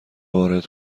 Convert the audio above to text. وارد